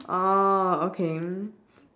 oh okay